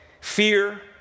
fear